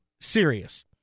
serious